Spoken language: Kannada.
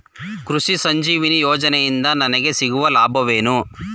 ಕೃಷಿ ಸಂಜೀವಿನಿ ಯೋಜನೆಯಿಂದ ನನಗೆ ಸಿಗುವ ಲಾಭವೇನು?